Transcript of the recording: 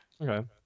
Okay